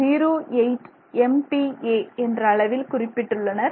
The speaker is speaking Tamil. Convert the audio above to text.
08 MPa என்ற அளவில் குறிப்பிட்டுள்ளனர்